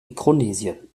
mikronesien